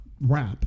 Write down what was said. rap